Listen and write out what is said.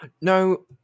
No